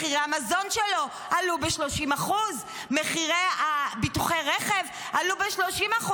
מחירי המזון שלו עלו ב-30%; מחירי ביטוחי הרכב עלו ב-30%,